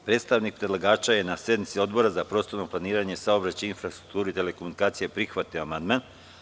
Predstavnik predlagača na sednici Odbor za prostorno planiranje, saobraćaj, infrastrukturu i telekomunikacije prihvatio amandman.